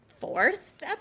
fourth